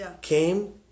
came